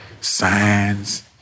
Signs